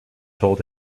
told